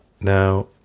Now